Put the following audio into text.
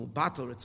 battle